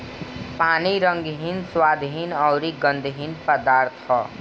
पानी रंगहीन, स्वादहीन अउरी गंधहीन पदार्थ ह